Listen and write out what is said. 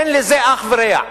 אין לזה אח ורע.